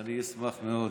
אני אשמח מאוד.